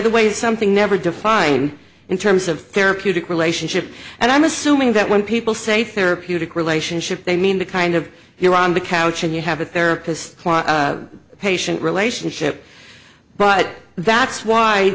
the way is something never define in terms of therapeutic relationship and i'm assuming that when people say therapeutic relationship they mean the kind of you're on the couch and you have a therapist patient relationship but that's why